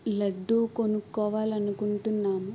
లడ్డు కొనుక్కోవాలని అకుంటున్నాము